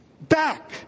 Back